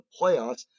playoffs